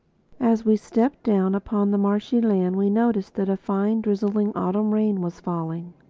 as we stepped down upon the marshy land we noticed that a fine, drizzling autumn rain was falling.